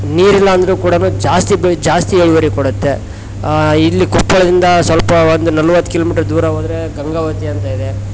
ನೀರಿಲ್ಲ ಅಂದರು ಕೂಡ ಜಾಸ್ತಿ ಬೆಳೆ ಜಾಸ್ತಿ ಇಳುವರಿ ಕೊಡುತ್ತೆ ಇಲ್ಲಿ ಕೊಪ್ಪಳದಿಂದ ಸ್ವಲ್ಪ ಒಂದು ನಲವತ್ತು ಕಿಲೋಮೀಟ್ರ್ ದೂರ ಹೋದ್ರೇ ಗಂಗಾವತಿ ಅಂತ ಇದೆ